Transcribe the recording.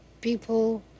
people